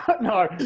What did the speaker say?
no